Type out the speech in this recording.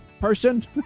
person